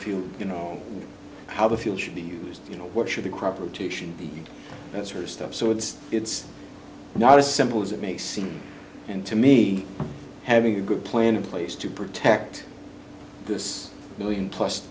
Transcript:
fuel you know how the fuel should be used you know what should the crop rotation be that's her stuff so it's it's not as simple as it makes seems and to me having a good plan in place to protect this million plus